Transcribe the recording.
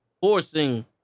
forcing